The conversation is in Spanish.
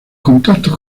contactos